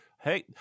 Hey